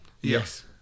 Yes